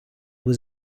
was